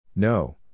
No